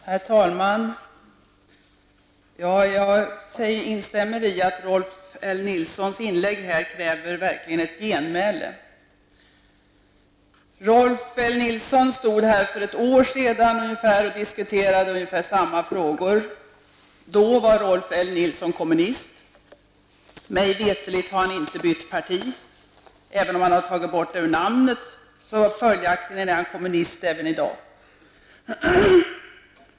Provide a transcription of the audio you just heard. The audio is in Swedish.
Herr talman! Jag instämmer i att Rolf L Nilssons inlägg kräver ett genmäle. Rolf L Nilsson stod här för ett år sedan och diskuterade ungefär samma frågor. Då var Rolf L Nilsson kommunist. Mig veterligt har han inte bytt parti, och även om partiet har tagit bort ordet ''kommunisterna'' ur namnet, är Rolf L Nilsson kommunist också i dag.